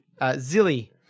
Zilly